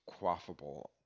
quaffable